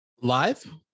Live